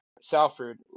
Salford